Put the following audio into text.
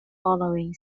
following